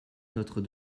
notre